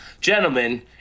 Gentlemen